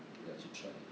给她去 try